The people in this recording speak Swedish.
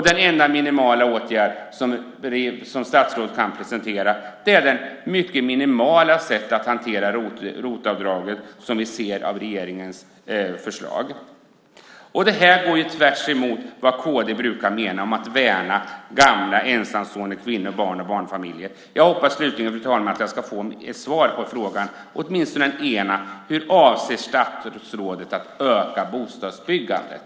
Den enda åtgärd som statsrådet kan presentera är det minimala sätt att hantera ROT-avdraget som vi ser av regeringens förslag. Det går tvärs emot vad kd brukar mena med att värna gamla, ensamstående kvinnor, barn och barnfamiljer. Jag hoppas slutligen, fru talman, att jag ska få ett svar på åtminstone den ena frågan. Hur avser statsrådet att öka bostadsbyggandet?